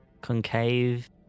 concave